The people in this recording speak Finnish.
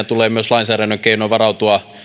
tulee lainsäädännön keinoin varautua